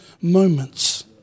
moments